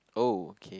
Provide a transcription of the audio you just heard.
oh okay